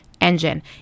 engine